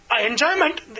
enjoyment